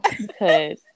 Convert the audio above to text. because-